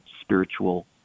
spiritual